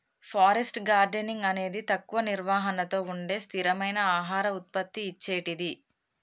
forest gardening అనేది తక్కువ నిర్వహణతో ఉండే స్థిరమైన ఆహార ఉత్పత్తి ఇచ్చేటిది